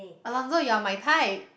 Alonso you are my type